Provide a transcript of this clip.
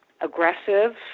aggressive